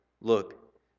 Look